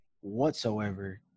whatsoever